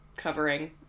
Covering